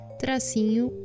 tracinho